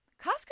Costco